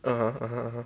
(uh huh) (uh huh) (uh huh)